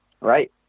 Right